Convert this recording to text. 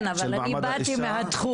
כן, אבל אני באתי מהתחום.